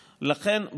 לכן,